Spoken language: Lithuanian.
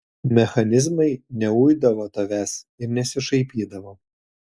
mechanizmai neuidavo tavęs ir nesišaipydavo